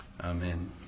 Amen